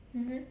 mmhmm